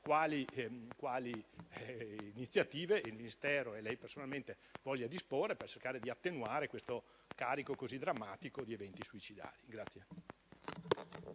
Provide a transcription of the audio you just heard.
quali iniziative il Ministero e lei personalmente vogliate disporre per cercare di attenuare questo carico così drammatico di eventi suicidari.